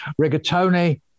Rigatoni